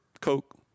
Coke